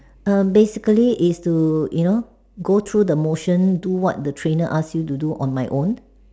err basically is to you know go through the motion do what the trainer ask you to do on my own